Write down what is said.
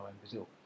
Brazil